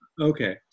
Okay